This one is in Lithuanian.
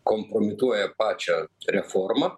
kompromituoja pačią reformą